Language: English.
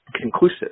conclusive